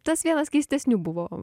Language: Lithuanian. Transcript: tas vienas keistesnių buvo